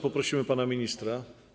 Poprosimy pana ministra.